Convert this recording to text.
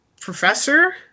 professor